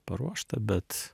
paruošta bet